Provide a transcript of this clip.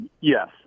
Yes